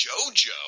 Jojo